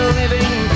living